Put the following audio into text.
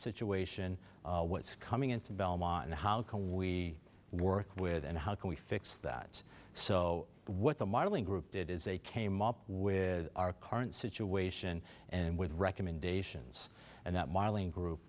situation what's coming into belmont and how can we work with and how can we fix that so what the modeling group did is they came up with our current situation and with recommendations and that modeling group